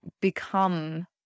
become